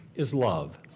is love.